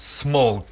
small